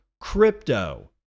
crypto